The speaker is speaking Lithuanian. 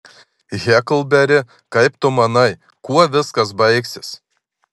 heklberi kaip tu manai kuo viskas baigsis